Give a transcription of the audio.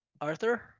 Arthur